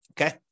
Okay